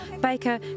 Baker